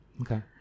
okay